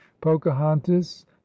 pocahontas